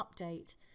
update